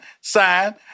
sign